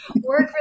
work